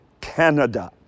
Canada